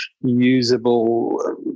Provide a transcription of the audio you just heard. usable